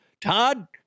Todd